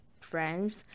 friends